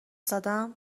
زدم